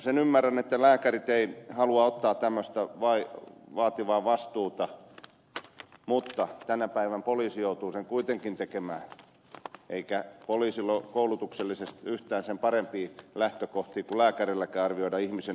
sen ymmärrän että lääkärit eivät halua ottaa tämmöistä vaativaa vastuuta mutta tänä päivänä poliisi joutuu sen kuitenkin tekemään eikä poliisilla ole koulutuksellisesti yhtään sen parempia lähtökohtia kuin lääkärilläkään arvioida ihmisen henkistä tilaa